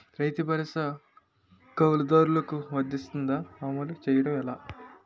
రైతు భరోసా కవులుదారులకు వర్తిస్తుందా? అమలు చేయడం ఎలా